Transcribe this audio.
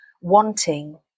wanting